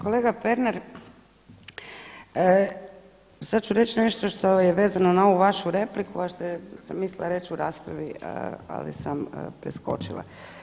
Kolega Pernar sada ću reći nešto što je vezano na ovu vašu repliku, a što sam mislila reći u raspravi, ali sam preskočila.